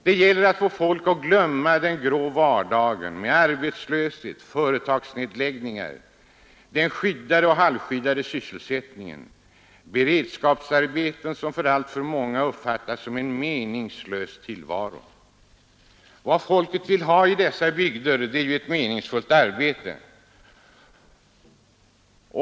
Det gäller att få folk att glömma den grå vardagen med arbetslöshet, företagsnedläggningar, den skyddade och halvskyddade sysselsättningen, beredskapsarbeten, som alltför många uppfattar som en meningslös tillvaro. Vad folket vill ha i dessa bygder är ett meningsfullt arbete.